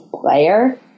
player